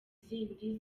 zindi